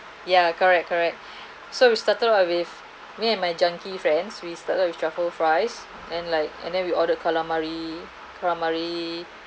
ya correct correct so we started out with me and my junkie fans we started with truffle fries and like and then we order calamari calamari